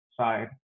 side